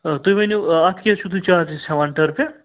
آ تُہۍ ؤنِو اَتھ کیٛاہ چھُو تُہۍ چارجٕس ہٮ۪وان ٹٔرفہِ